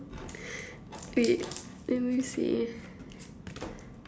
wait let me see